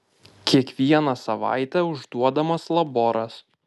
kiekvieną savaitę užduodamas laboras